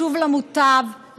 לשוב למוטב,